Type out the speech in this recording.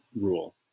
rule